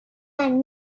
man